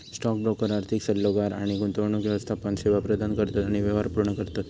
stock broker आर्थिक सल्लोगार आणि गुंतवणूक व्यवस्थापन सेवा प्रदान करतत आणि व्यवहार पूर्ण करतत